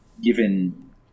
given